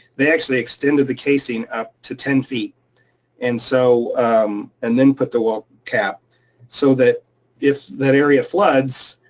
they actually extended the casing up to ten feet and so and then put the well cap so that if that area floods,